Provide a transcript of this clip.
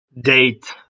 date